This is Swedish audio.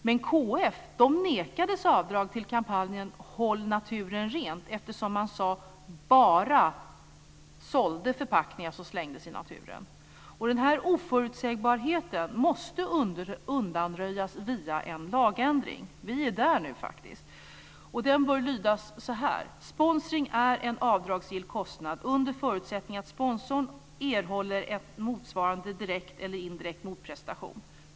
Men KF nekades avdrag för kampanjen Håll naturen ren, eftersom man som det sades bara sålde förpackningar som slängdes i naturen. Den här oförutsägbarheten måste undanröjas via en lagändring. Vi är där nu faktiskt. Den bör lyda så här: Sponsring är en avdragsgill kostnad under förutsättning att sponsorn erhåller en motsvarande direkt eller indirekt motprestation.